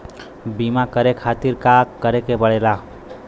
बीमा करे खातिर का करे के पड़ेला?